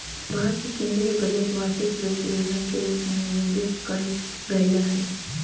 भारत के केन्द्रीय बजट वार्षिक वित्त विवरण के रूप में निर्दिष्ट कइल गेलय हइ